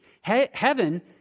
Heaven